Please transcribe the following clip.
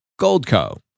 Goldco